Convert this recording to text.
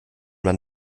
man